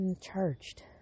charged